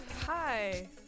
Hi